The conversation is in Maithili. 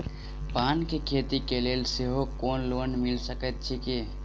पान केँ खेती केँ लेल सेहो कोनो लोन मिल सकै छी की?